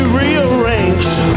rearranged